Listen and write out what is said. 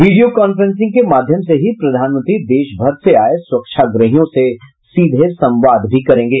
video conferencing के माध्यम से ही प्रधानमंत्री देशभर से आये स्वच्छाग्रहियों से सीधे संवाद भी करेंगे